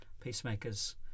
Peacemakers